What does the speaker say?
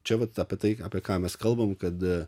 čia vat apie tai apie ką mes kalbam kad